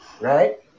right